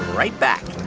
right back